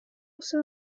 uso